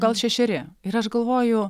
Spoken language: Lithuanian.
gal šešeri ir aš galvoju